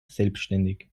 selbstständig